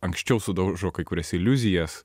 anksčiau sudaužo kai kurias iliuzijas